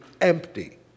empty